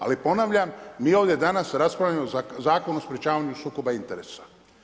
Ali ponavljam, mi ovdje danas raspravljamo o Zakonu o sprječavanju sukoba interesa.